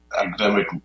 academic